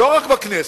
לא רק בכנסת.